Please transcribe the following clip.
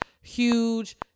huge